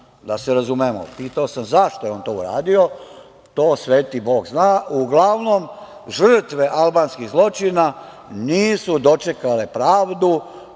Da se razumemo. Pitao sam zašto je on to uradio? To sveti Bog zna. Uglavnom, žrtve albanskih zločina nisu dočekale pravdu,